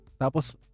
tapos